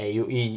eh you